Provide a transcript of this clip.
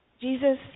Jesus